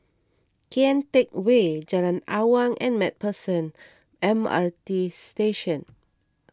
Kian Teck Way Jalan Awang and MacPherson M R T Station